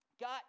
Got